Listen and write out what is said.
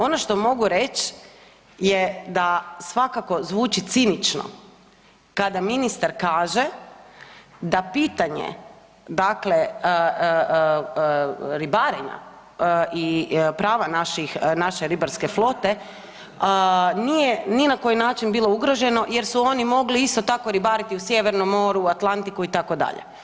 Ono što mogu reć je da svakako zvuči cinično kada ministar kaže da pitanje ribarenja i prava naše ribarske flote nije ni na koji način biti ugroženo jer su oni mogli isto tako ribariti u Sjevernom moru, Atlantiku itd.